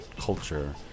culture